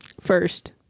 first